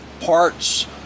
parts